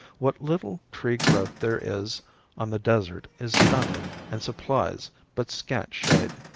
what little tree growth there is on the desert is stunted and supplies but scant shade.